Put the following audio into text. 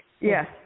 Yes